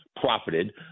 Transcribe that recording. profited